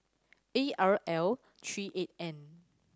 A R L three eight N